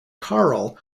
karel